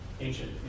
ancient